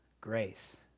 grace